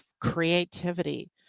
creativity